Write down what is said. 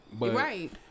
Right